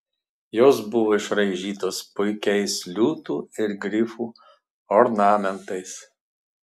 jos buvo išraižytos puikiais liūtų ir grifų ornamentais